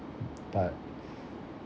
but